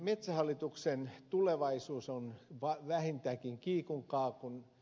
metsähallituksen tulevaisuus on vähintäänkin kiikun kaakun